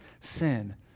sin